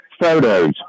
photos